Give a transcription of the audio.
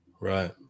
Right